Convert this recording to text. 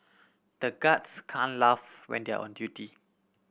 the guards can laugh when they are on duty